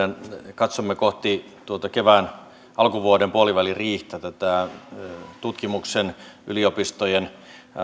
katsomme kohti tuota alkuvuoden puoliväliriihtä tätä tutkimuksen yliopistojen